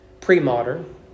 Pre-modern